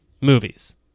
movies